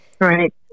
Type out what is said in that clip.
Right